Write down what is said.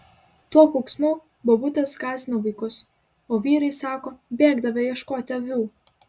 tuo kauksmu bobutės gąsdino vaikus o vyrai sako bėgdavę ieškoti avių